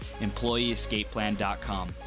EmployeeEscapePlan.com